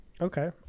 Okay